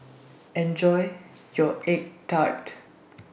Enjoy your Egg Tart